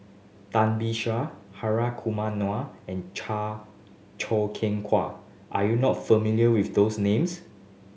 Tan Beng Hri Kumar Nair and Choo Keng Kwang are you not familiar with those names